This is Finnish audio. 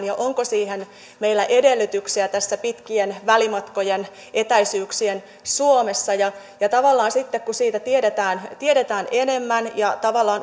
ja onko siihen meillä edellytyksiä tässä pitkien välimatkojen ja etäisyyksien suomessa tavallaan sitten kun siitä tiedetään tiedetään enemmän ja